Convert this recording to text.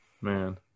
Man